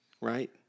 right